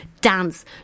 dance